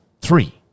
three